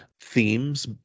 themes